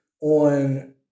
on